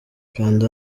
kanda